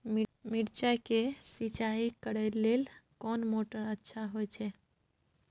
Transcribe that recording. मिर्चाय के सिंचाई करे लेल कोन मोटर अच्छा होय छै?